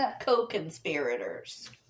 co-conspirators